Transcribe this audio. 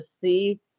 see